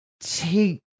take